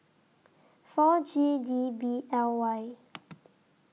four G D B L Y